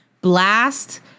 blast